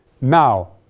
Now